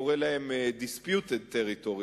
קורא להם disputed territories.